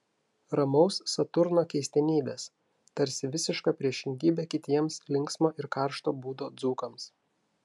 ramaus saturno keistenybės tarsi visiška priešingybė kitiems linksmo ir karšto būdo dzūkams